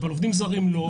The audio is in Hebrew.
אבל עובדים זרים לא.